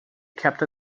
kept